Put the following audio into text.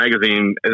magazine